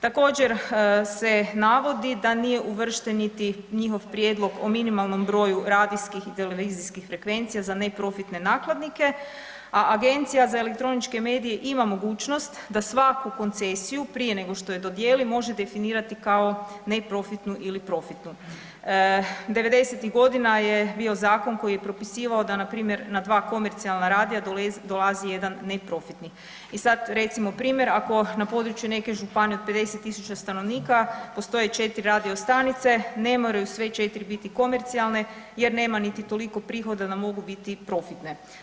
Također, se navodi da nije uvršten niti njihov prijedlog o minimalnom broju radijskih i televizijskih frekvencija za neprofitne nakladnike, a Agencija za elektroničke medije ima mogućnost da svaku koncesiju prije nego što je dodijeli može definirati kao neprofitnu ili profitnu. '90.-tih godina je bio zakon koji je propisivao da npr. na 2 komercijalna radija dolazi 1 neprofitni i sad recimo primjer ako na području neke županije od 50.000 stanovnika postoje 4 radio stanice ne moraju sve 4 biti komercijalne jer nema niti toliko prihoda da mogu biti profitne.